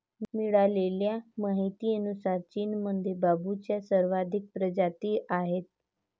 मिळालेल्या माहितीनुसार, चीनमध्ये बांबूच्या सर्वाधिक प्रजाती आहेत